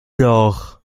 doch